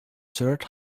third